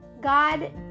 God